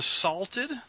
assaulted